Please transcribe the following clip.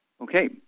Okay